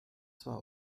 zwar